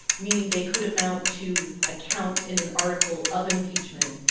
meaning they could amount to account in an article of impeachment.